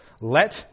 let